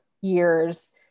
years